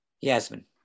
Yasmin